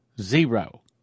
zero